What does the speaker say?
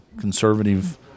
Conservative